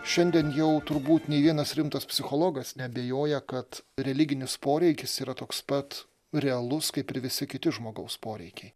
šiandien jau turbūt nei vienas rimtas psichologas neabejoja kad religinis poreikis yra toks pat realus kaip ir visi kiti žmogaus poreikiai